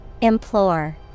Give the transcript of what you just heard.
Implore